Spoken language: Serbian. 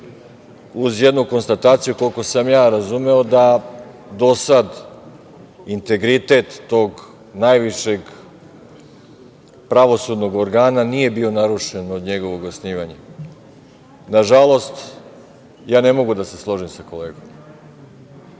uz jednu konstataciju, koliko sam ja razumemo, da do sada integritet tog najvišeg pravosudnog organa nije bio narušen od njegovog osnivanja. Nažalost, ja ne mogu da se složim sa kolegom.